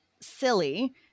silly